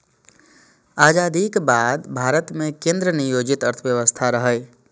आजादीक बाद भारत मे केंद्र नियोजित अर्थव्यवस्था रहै